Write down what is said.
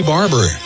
Barber